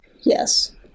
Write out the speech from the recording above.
Yes